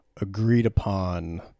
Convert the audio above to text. agreed-upon